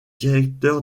directeur